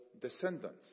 descendants